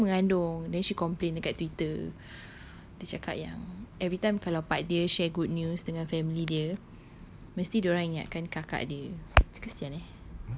kawan I satu mengandung then she complained kat twitter dia cakap yang every time kalau part dia share good news dengan family dia mesti dia orang ingatkan kakak dia macam kesian eh